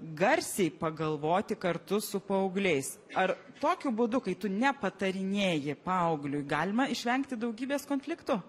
garsiai pagalvoti kartu su paaugliais ar tokiu būdu kai tu nepatarinėji paaugliui galima išvengti daugybės konfliktų